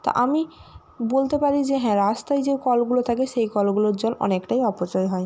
তা আমি বলতে পারি যে হ্যাঁ রাস্তায় যে কলগুলো থাকে সেই কলগুলোর জল অনেকটাই অপচয় হয়